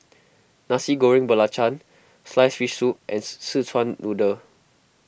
Nasi Goreng Belacan Sliced Fish Soup and Szechuan Noodle